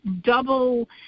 double